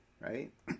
right